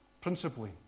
principally